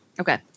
Okay